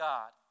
God